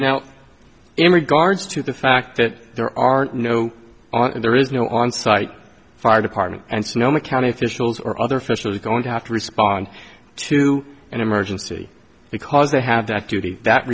now in regards to the fact that there are no on there is no on site fire department and sonoma county officials or other fish was going to have to respond to an emergency because they have that duty that